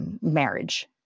marriage